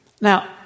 Now